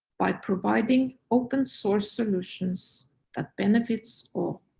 by providing open source solutions that benefits all.